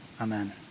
amen